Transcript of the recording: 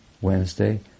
Wednesday